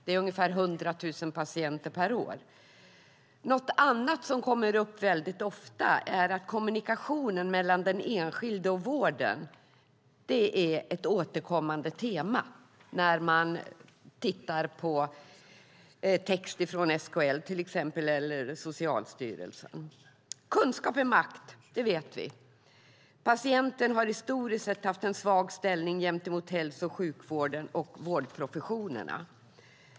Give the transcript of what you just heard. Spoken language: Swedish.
Det är ungefär 100 000 patienter per år. Ett annat återkommande tema i till exempel texter från SKL eller Socialstyrelsen är också kommunikationen mellan den enskilde och vården. Kunskap är makt, det vet vi. Patienten har historiskt sett haft en svag ställning gentemot hälso och sjukvården och vårdprofessionerna.